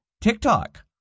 TikTok